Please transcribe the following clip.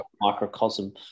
microcosm